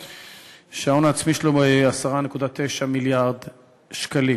"דיסקונט", שההון עצמי שלו 10.9 מיליארד שקלים.